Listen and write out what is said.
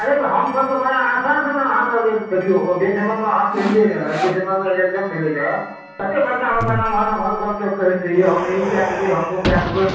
अरे तऽ हमसभ तऽ बड़ा आशासंँ ने अहाँ देखिऔ जे समयमे अहाँ केलियै रऽ जे समयमे इलेक्शन भेलै रऽ कते बड़का बड़का नमहर नमहर गपसभ कहैत रहियै हम ई कै देबै हम ओ कै देबै